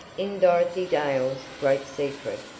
in dorothy dale's great secret,